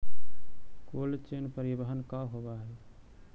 Cold chain परिवहन का होव हइ?